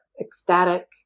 ecstatic